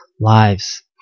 lives